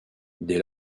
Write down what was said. dès